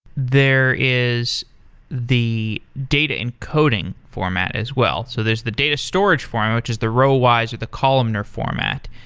there is the data encoding format as well. so there's the data storage format, which is the row-wise or the columnar format.